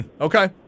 okay